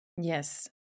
Yes